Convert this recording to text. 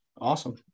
Awesome